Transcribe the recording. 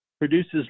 produces